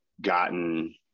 gotten